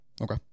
Okay